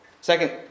Second